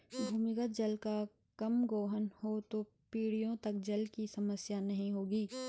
भूमिगत जल का कम गोहन हो तो पीढ़ियों तक जल की समस्या नहीं होगी